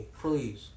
Please